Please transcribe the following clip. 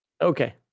Okay